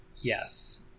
Yes